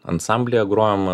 ansamblyje grojom